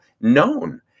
known